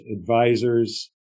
advisors